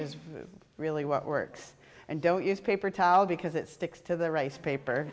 is really what works and don't use paper towel because it sticks to the rice paper